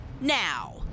now